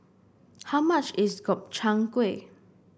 how much is Gobchang Gui